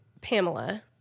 Pamela